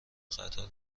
قطار